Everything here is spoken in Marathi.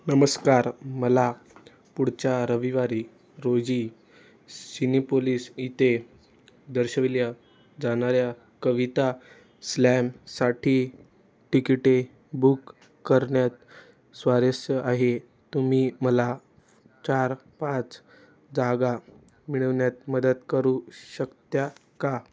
नमस्कार मला पुढच्या रविवारी रोजी सिनीपोलीस इथे दर्शविल्या जाणाऱ्या कविता स्लॅमसाठी तिकिटे बुक करण्यात स्वारस्य आहे तुम्ही मला चार पाच जागा मिळवण्यात मदत करू शकता का